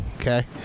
Okay